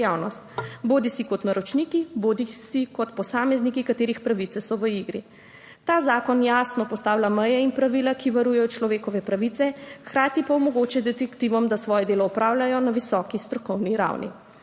bodisi kot naročniki bodisi kot posamezniki, katerih pravice so v igri. Ta zakon jasno postavlja meje in pravila, ki varujejo človekove pravice, hkrati pa omogoča detektivom, da svoje delo opravljajo na visoki strokovni ravni.